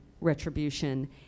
retribution